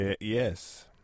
Yes